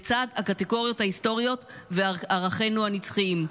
לצד הקטגוריות ההיסטוריות וערכינו הנצחיים.